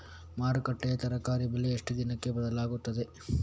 ಮಾರುಕಟ್ಟೆಯ ತರಕಾರಿ ಬೆಲೆ ಎಷ್ಟು ದಿನಕ್ಕೆ ಬದಲಾಗುತ್ತದೆ?